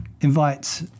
invite